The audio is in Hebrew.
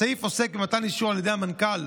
הסעיף עוסק במתן אישור על ידי המנכ"ל